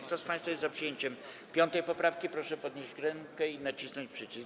Kto z państwa jest za przyjęciem 5. poprawki, proszę podnieść rękę i nacisnąć przycisk.